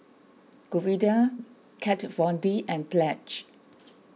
Godiva Kat Von D and Pledge